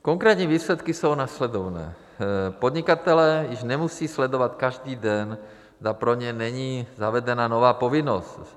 Konkrétní výsledky jsou následovné: podnikatelé již nemusí sledovat každý den, zda pro ně není zavedena nová povinnost.